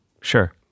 Sure